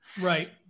Right